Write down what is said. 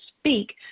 speak